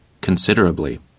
considerably